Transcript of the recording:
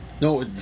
No